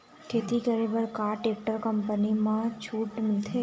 खेती करे बर का टेक्टर कंपनी म छूट मिलथे?